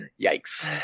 yikes